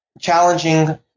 challenging